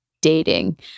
dating